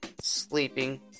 Sleeping